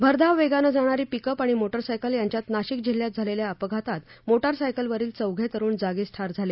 भरधाव वेगाने जाणारी पिक अप आणि मोटारसायकल यांच्यात नाशिक जिल्ह्यात झालेल्या अपघातात मोटारसायकलवरील चौघे तरुण जागीच ठार झाले